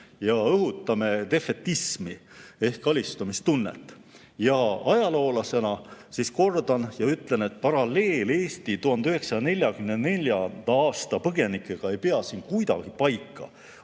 ja õhutame defetismi ehk alistumistunnet. Ja ajaloolasena kordan ja ütlen, et paralleel Eesti 1944. aasta põgenikega ei pea siin kuidagi paika.